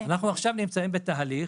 אנחנו נמצאים עכשיו בתהליך,